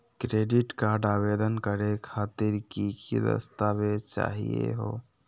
Credit card आवेदन करे खातिर की की दस्तावेज चाहीयो हो?